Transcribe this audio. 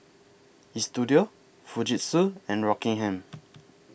Istudio Fujitsu and Rockingham